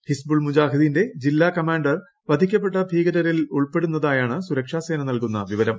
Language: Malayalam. ഹിസ്ബുൾ മുജാഹിദ്ദീന്റെ ജില്ലാ കമാണ്ടർ വധിക്കപ്പെട്ട ഭീകരരിൽ ഉൾപ്പെടുന്നതായാണ് സുരക്ഷാസേന നൽകുന്ന വിവരം